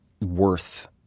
worth